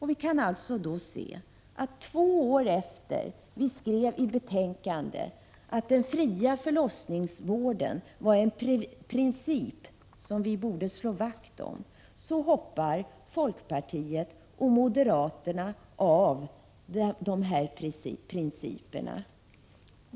Två år efter det att vi skrev i betänkandet att den fria förlossningsvården var en princip som vi borde slå vakt om kan vi se att folkpartiet och moderaterna hoppar av från de här principerna.